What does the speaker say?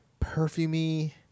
perfumey